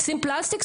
נשים פלסטיק,